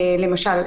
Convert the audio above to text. למשל,